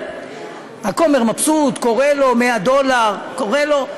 בסדר, הכומר מבסוט, קורא לו, 100 דולר, קורא לו.